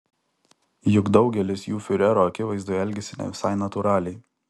juk daugelis jų fiurerio akivaizdoje elgiasi ne visai natūraliai